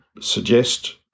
suggest